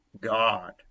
God